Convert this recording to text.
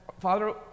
Father